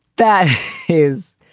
that is.